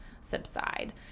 subside